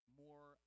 more